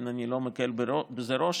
כן, אני לא מקל בזה ראש.